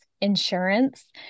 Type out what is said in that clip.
insurance